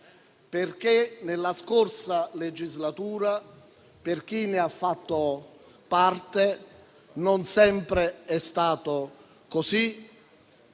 Nella scorsa legislatura, per chi ne ha fatto parte, non sempre è stato così